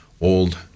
old